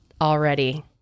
already